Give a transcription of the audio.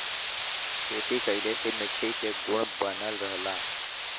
खेती कइले से मट्टी के गुण बनल रहला